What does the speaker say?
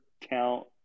count